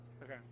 Okay